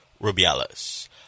Rubiales